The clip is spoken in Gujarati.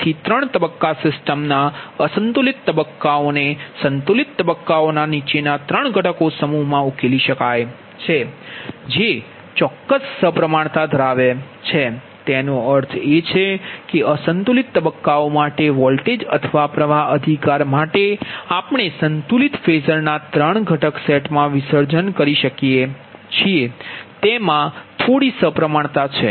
તેથી ત્રણ તબક્કા સિસ્ટમના અસંતુલિત તબક્કાઓને સંતુલિત તબક્કાઓના નીચેના ત્રણ ઘટક સમૂહોમાં ઉકેલી શકાય છે જે ચોક્કસ સમપ્રમાણતા ધરાવે છે તેનો અર્થ એ છે કે અસંતુલિત તબક્કાઓ માટે વોલ્ટેજ અથવા પ્ર્વાહ અધિકાર માટે આપણે સંતુલિત ફેઝરના ત્રણ ઘટક સેટમાં વિસર્જન કરી શકીએ છીએ અને તેમાં થોડી સપ્રમાણતા છે